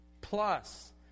Plus